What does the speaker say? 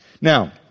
now